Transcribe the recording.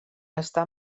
està